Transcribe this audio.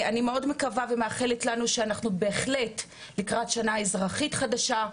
אני מאוד מקווה ומאחלת לנו לקראת שנה אזרחית חדשה,